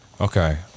Okay